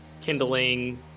kindling